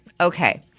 Okay